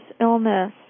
illness